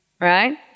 right